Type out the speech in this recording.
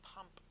Pump